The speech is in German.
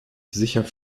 sicher